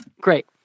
Great